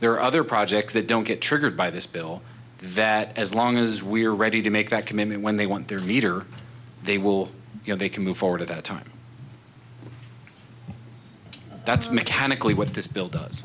there are other projects that don't get triggered by this bill that as long as we are ready to make that commitment when they want their meter they will you know they can move forward at the time that's mechanically what this bill does